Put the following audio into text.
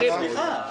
ירים --- סליחה,